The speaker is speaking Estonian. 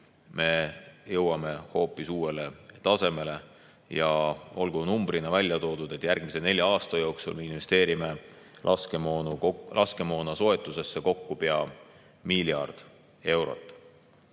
me jõuame hoopis uuele tasemele. Ja olgu numbrina ära toodud, et järgmise nelja aasta jooksul me investeerime laskemoona soetusesse kokku pea miljard eurot.